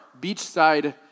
beachside